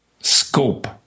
scope